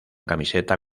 camiseta